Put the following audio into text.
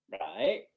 right